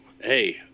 hey